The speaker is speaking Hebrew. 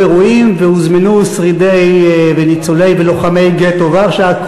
אירועים והוזמנו שרידי וניצולי ולוחמי גטו ורשה,